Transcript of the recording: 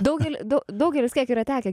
daugelį dau daugelis kiek yra tekę